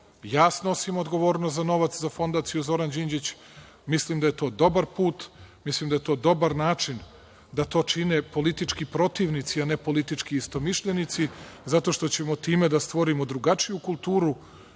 Ja snosim odgovornost za novac za Fondaciju Zoran Đinđić. Mislim da je to dobar put, da je to dobar način da to čine politički protivnici, a ne politički istomišljenici, zato što ćemo time da stvorimo drugačiju kulturu